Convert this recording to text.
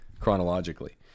chronologically